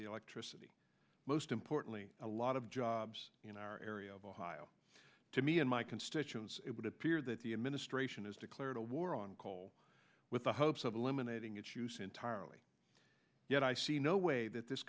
the electricity most importantly a lot of jobs in our area of ohio to me and my constituents it would appear that the administration has declared a war on coal with the hopes of eliminating its use entirely yet i see no way that this